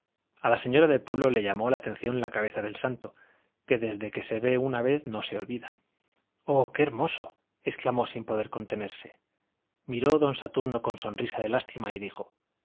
a la señora de pueblo le llamó la atención la cabeza del santo que desde que se ve una vez no se olvida oh qué hermoso exclamó sin poder contenerse miró don saturno con sonrisa de lástima y dijo